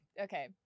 Okay